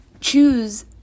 choose